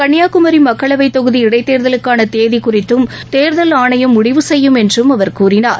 கன்னியாகுமரி மக்களவை தொகுதி இடைத்தேர்தலுக்கான தேதி குறித்தும் தேர்தல் ஆணையம் முடிவு செய்யும் என்றும் அவர் கூறினார்